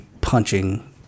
punching